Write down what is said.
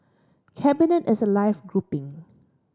cabinet is a live grouping